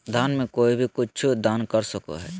दान में कोई भी कुछु दान कर सको हइ